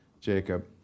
Jacob